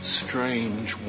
strange